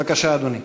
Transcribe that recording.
בבקשה, אדוני.